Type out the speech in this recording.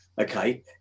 Okay